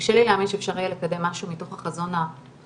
קשה לי להאמין שאפשר יהיה לקדם משהו מתוך חזון המופת